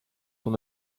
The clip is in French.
son